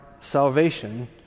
salvation